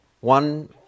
one